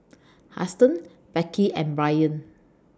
Huston Becky and Bryant